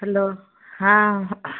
hello ହଁ